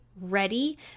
ready